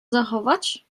zachować